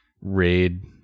raid